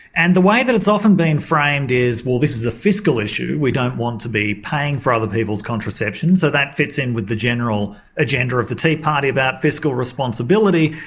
and the way that it's often been framed is, well this is a fiscal issue, we don't want to be paying for other people's contraception so that fits in with the general agenda of the tea party about fiscal responsibility.